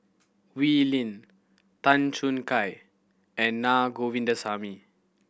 Wee Lin Tan Choo Kai and Naa Govindasamy